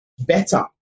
Better